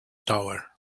tower